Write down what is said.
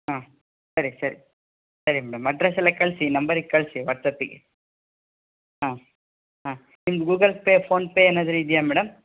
ಹಾಂ ಸರಿ ಸರಿ ಸರಿ ಮೇಡಮ್ ಅಡ್ರೆಸೆಲ್ಲ ಕಳಿಸಿ ಈ ನಂಬರಿಗೆ ಕಳಿಸಿ ವಾಟ್ಸ್ಯಾಪಿಗೆ ಹಾಂ ಹಾಂ ನಿಮ್ಮದು ಗೂಗಲ್ ಪೇ ಫೋನ್ಪೇ ಏನಾದರೂ ಇದೆಯಾ ಮೇಡಮ್